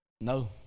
No